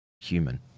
human